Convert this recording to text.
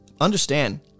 Understand